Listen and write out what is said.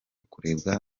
kurebwa